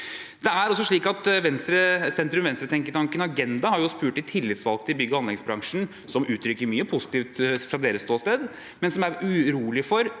Det er også slik at sentrum–venstre-tenketanken Agenda har spurt de tillitsvalgte i bygge- og anleggsbransjen, som uttrykker mye positivt fra deres ståsted, men som er urolige for